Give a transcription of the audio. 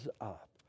up